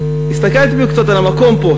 הסתכלתי קצת על המקום פה,